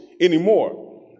anymore